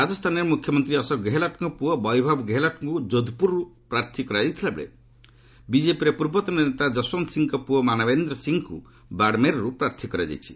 ରାଜସ୍ଥାନରେ ମୁଖ୍ୟମନ୍ତ୍ରୀ ଅଶୋକ ଗେହେଲଟଙ୍କ ପୁଅ ବୈଭବ୍ ଗେହେଲଟଙ୍କୁ କୋଧପୁରରୁ ପ୍ରାର୍ଥୀ କରାଯାଇଥିଲା ବେଳେ ବିଜେପିର ପୂର୍ବତନ ନେତା ଯଶଓ୍ୱନ୍ତ ସିଂହଙ୍କ ପୁଅ ମାନବେନ୍ଦ୍ର ସିଂହଙ୍କୁ ବାଡ୍ମେରରୁ ପ୍ରାର୍ଥୀ କରାଯାଇଛି